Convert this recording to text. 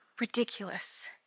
ridiculous